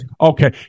Okay